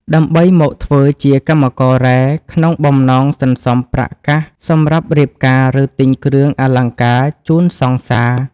ដើម្បីមកធ្វើជាកម្មកររ៉ែក្នុងបំណងសន្សំប្រាក់កាសសម្រាប់រៀបការ ឬទិញគ្រឿងអលង្ការជូនសង្សារ។